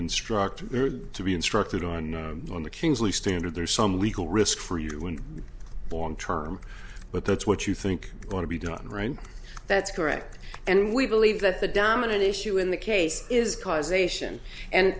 instruct to be instructed on on the kingsley standard there's some legal risk for you in the long term but that's what you think ought to be done right that's correct and we believe that the dominant issue in the case is causation and